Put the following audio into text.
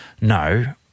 no